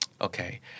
Okay